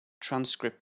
transcript